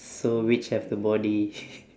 so which have the body